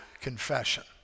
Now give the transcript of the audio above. confession